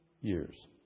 years